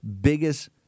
biggest